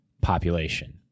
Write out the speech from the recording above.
population